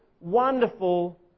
wonderful